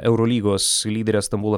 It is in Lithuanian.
eurolygos lyderę stambulo